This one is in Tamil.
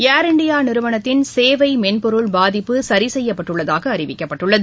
ள் இண்டியாநிறுவனத்தின் சேவைமென்பொருள் பாதிப்பு சரிசெய்யப்பட்டுள்ளதாகஅறிவிக்கப்பட்டுள்ளது